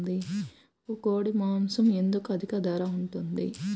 నాకు కోడి మాసం ఎందుకు అధిక ధర ఉంటుంది?